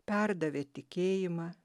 perdavė tikėjimą